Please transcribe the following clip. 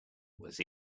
was